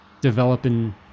developing